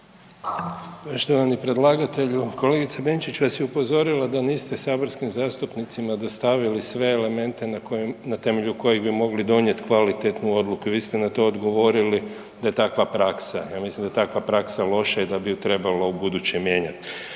Štovani predlagatelju. Kolegica Benčić vas je upozorila da niste saborskim zastupnicima dostavili sve elemente na temelju kojih bi mogli donijeti kvalitetnu odluku. Vi ste na to odgovorili da je takva praksa. Ja mislim da je takva praksa loša i bi ju trebalo ubuduće mijenjat.